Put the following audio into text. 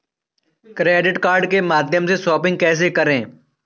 Credit card के माध्यम से शॉपिंग कैसे करें?